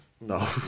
No